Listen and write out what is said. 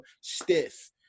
stiff